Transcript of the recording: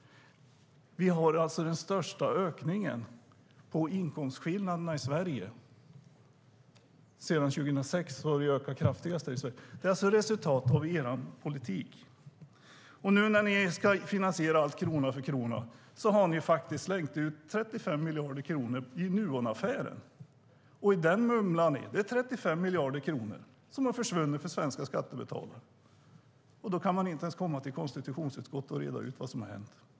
Vi har den största ökningen av inkomstskillnaderna i Sverige sedan 2006. Detta är alltså resultat av er politik. Nu när ni ska finansiera allt krona för krona har ni slängt ut 35 miljarder kronor på Nuonaffären, men där mumlar ni. Det är 35 miljarder kronor som har försvunnit för svenska skattebetalare. Då kan man inte ens komma till konstitutionsutskottet och reda ut vad som har hänt.